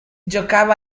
giocava